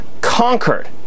conquered